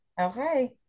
Okay